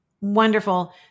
wonderful